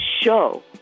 show